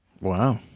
Wow